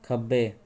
ਖੱਬੇ